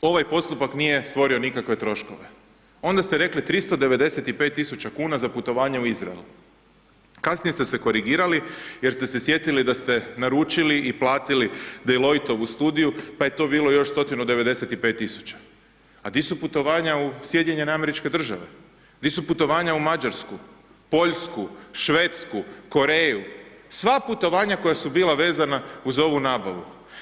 ovaj postupak nije stvorio nikakve troškove, onda ste rekli 395.000 kuna za putovanje u Izrael, kasnije ste se korigirali jer ste se sjetili da ste naručili i platiti Delojtovu studiju pa je to bilo još 195.000, a di su putovanja u SAD, di su putovanja u Mađarsku, Poljsku, Švedsku, Koreju sva putovanja koja su bila vezana uz ovu nabavu.